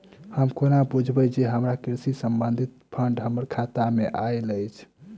हम कोना बुझबै जे हमरा कृषि संबंधित फंड हम्मर खाता मे आइल अछि?